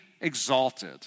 exalted